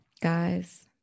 guys